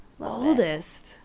oldest